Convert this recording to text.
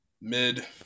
Mid